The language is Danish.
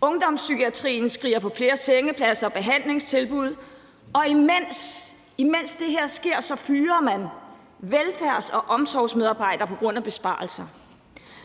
Ungdomspsykiatrien skriger på flere sengepladser og behandlingstilbud, og imens det her sker, fyrer man velfærds- og omsorgsmedarbejdere på grund af besparelser.